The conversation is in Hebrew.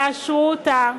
תאשרו אותה,